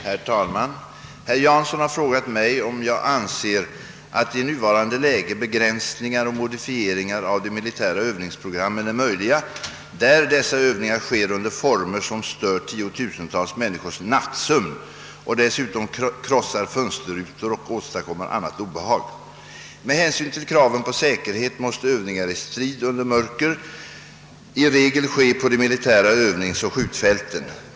Herr talman! Herr Jansson har frågat mig, om jag anser att i nuvarande läge begränsningar och modifieringar av de militära övningsprogrammen är möjliga där dessa övningar sker under former som stör tiotusentals människors nattsömn och dessutom krossar fönsterrutor och åstadkommer annat obehag. Med hänsyn till kraven på säkerhet måste övningar i strid under mörker i regel ske på de militära övningsoch skjutfälten.